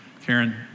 Karen